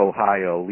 Ohio